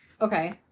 Okay